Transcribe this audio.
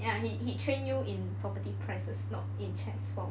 ya he he train you in property prices not in chess lor